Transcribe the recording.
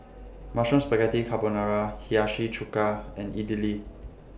Mushroom Spaghetti Carbonara Hiyashi Chuka and Idili